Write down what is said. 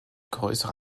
größere